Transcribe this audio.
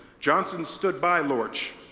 johnson stood by lorch.